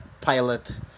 pilot